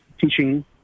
teaching